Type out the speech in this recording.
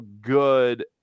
good